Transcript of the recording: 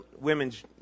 women's